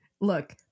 look